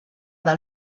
del